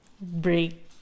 break